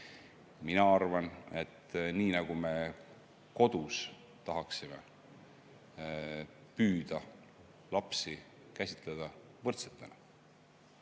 Mina arvan, et nii nagu me kodus tahaksime püüda lapsi käsitleda võrdsetena,